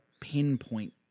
pinpoint